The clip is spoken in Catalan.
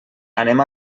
anem